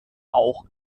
auch